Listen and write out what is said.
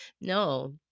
no